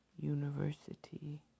University